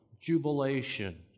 jubilation